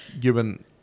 given